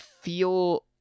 feel